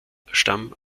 stamm